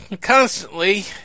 constantly